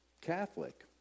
Catholic